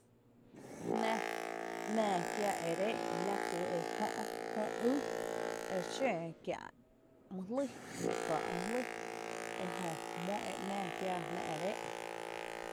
jnⱥ nⱥⱥ kiaa reé'n la ku jÖ' üü ery xǿǿ kiä' my jlíi erykáa' my jlíi, ejö mó e nⱥⱥ kiaa ere é'n.